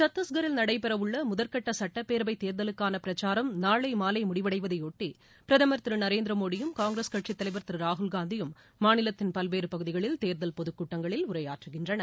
சத்தீஸ்கரில் நடைபெறவுள்ள முதற்கட்ட சுட்டப்பேரவைத் தேர்தலுக்கான பிரச்சாரம் நாளை மாலை முடிவடைவதையொட்டி பிரதமர் திரு நரேந்திர மோடியும் காங்கிரஸ் கட்சித்தலைவர் திரு ராகுல்காந்தியும் மாநிலத்தின் பல்வேறு பகுதிகளில் தேர்தல் பொதுக்கூட்டத்தில் உரையாற்றுகின்றனர்